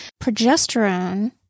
progesterone